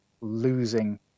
losing